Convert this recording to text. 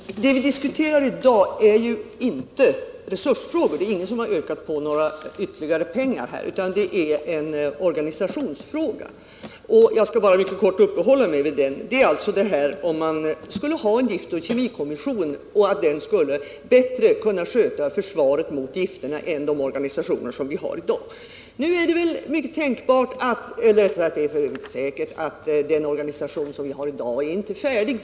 Herr talman! Det vi diskuterar i dag är inte en resursfråga — det är ju ingen som har yrkat på ytterligare pengar — utan det är en organisationsfråga. Jag skall helt kort uppehålla mig vid denna. Frågan gäller om vi bör inrätta en giftoch kemikommission och om en sådan bättre än den organisation vi har i dag skulle kunna sköta försvaret mot gifterna. Den nuvarande organisationen är inte färdig.